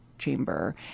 chamber